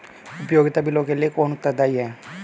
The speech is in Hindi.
उपयोगिता बिलों के लिए कौन उत्तरदायी है?